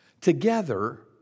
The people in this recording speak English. together